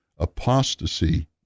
apostasy